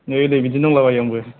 नै लै बिदिनो दंलाबायो आंबो